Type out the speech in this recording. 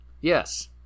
Yes